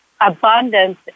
abundance